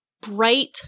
bright